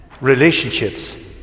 relationships